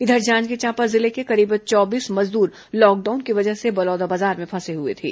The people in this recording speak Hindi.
इधर जांजगीर चांपा जिले के करीब चौबीस मजदूर लॉकडाउन की वजह से बलौदाबाजार में फंसे हुए थे